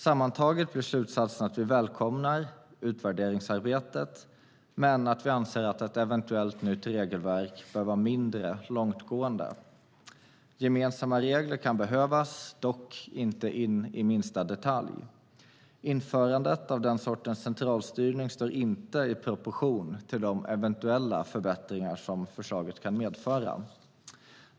Sammantaget blir slutsatsen att vi välkomnar utvärderingsarbetet, men vi anser att ett eventuellt nytt regelverk bör vara mindre långtgående. Gemensamma regler kan behövas, dock inte in i minsta detalj. Införandet av den sortens centralstyrning står inte i proportion till de eventuella förbättringar som förslaget kan medföra.